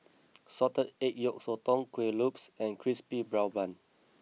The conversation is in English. Salted Egg Yolk Sotong Kuih Lopes and Crispy Brown Bun